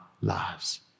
lives